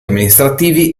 amministrativi